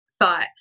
thought